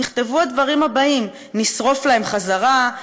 נכתבו הדברים הבאים: נשרוף להם חזרה,